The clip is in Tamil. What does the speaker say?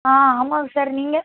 ஆ ஆமாங்க சார் நீங்கள்